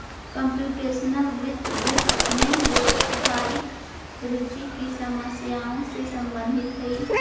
computational वित्त, वित्त में व्यावहारिक रुचि की समस्याओं से संबंधित हई